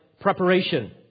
preparation